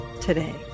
today